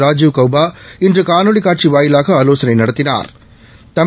ராஜீவ் கௌபா இன்று காணொலி காட்சி வாயிலாக ஆலோசனை நடத்தினாா்